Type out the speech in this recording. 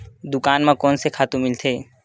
दुकान म कोन से खातु मिलथे?